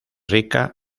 rica